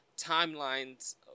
timelines